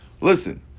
Listen